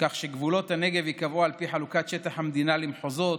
כך שגבולות הנגב ייקבעו על פי חלוקת שטח המדינה למחוזות,